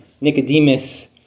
Nicodemus